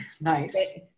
Nice